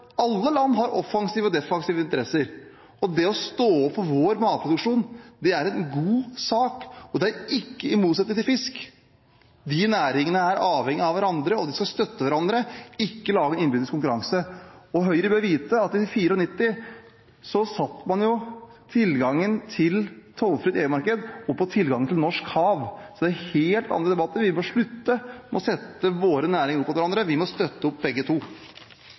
Alle land har offensive og defensive interesser, og det å stå opp for vår matproduksjon er en god sak, og det er ikke i motsetning til fisk. De næringene er avhengige av hverandre. De skal støtte hverandre og ikke være i innbyrdes konkurranse. Høyre bør vite at i 1994 satte man tilgangen til et tollfritt EU-marked opp mot tilgangen til norsk hav. Så det er helt andre debatter. Vi må slutte å sette våre næringer opp mot hverandre. Vi må støtte opp om begge to.